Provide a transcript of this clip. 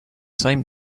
same